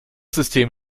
system